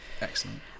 excellent